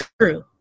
true